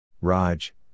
Raj